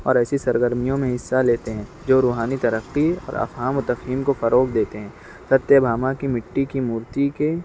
اور ایسی سرگرمیوں میں حصہ لیتے ہیں جو روحانی ترقی اور افہام و تفہیم کو فروغ دیتے ہیں ستیہ بھاما کی مٹی کی مورتی کے